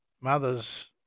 mother's